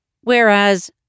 Whereas